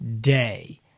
day